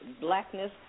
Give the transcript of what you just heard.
Blackness